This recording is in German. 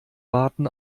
warten